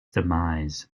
demise